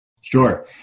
Sure